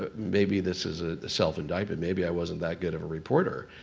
but maybe this is a self-indictment. maybe i wasn't that good of a reporter,